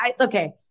okay